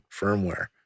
firmware